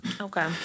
okay